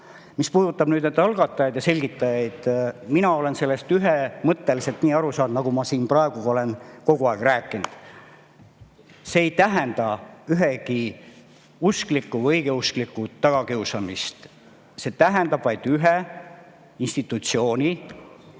Mis puudutab algatajaid ja selgitajaid, siis mina olen sellest ühemõtteliselt aru saanud nii, nagu ma siin praegu olen kogu aeg rääkinud: see ei tähenda ühegi uskliku või õigeuskliku tagakiusamist, see tähendab vaid ühe institutsiooni